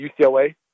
UCLA